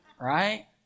Right